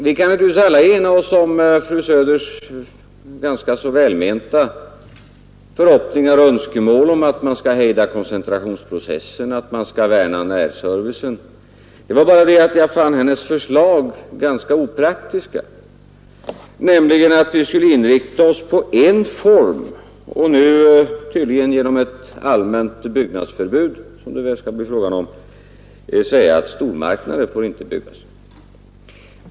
Vi kan naturligtvis alla ena oss kring fru Söders ganska välmenta förhoppningar och önskemål om att man skall hejda koncentrationsprocessen och värna närservicen, men jag fann hennes förslag rätt opraktiskt. Vi skulle nämligen inrikta oss på en distributionsform och tydligen genom ett allmänt byggnadsförbud föreskriva att stormarknader inte får byggas.